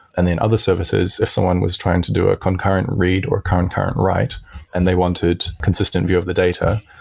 and then other services if someone was trying to do a concurrent read or current-current write and they wanted consistent view of the data,